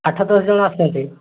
ଆଠ ଦଶ ଜଣ ଆସୁଛନ୍ତି